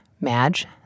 Madge